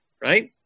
right